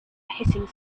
hissing